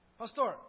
Pastor